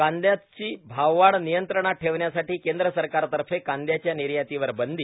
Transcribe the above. कांद्याची भाव वाढ नियंत्रणात ठेवण्यासाठी केंद्र सरकारतर्फे कांद्याच्या निर्यातीवर बंदी